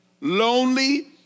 lonely